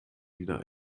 wieder